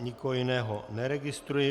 Nikoho jiného neregistruji.